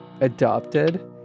adopted